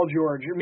George